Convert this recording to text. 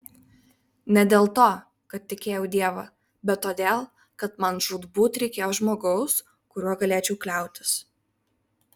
ne dėl to kad tikėjau dievą bet todėl kad man žūtbūt reikėjo žmogaus kuriuo galėčiau kliautis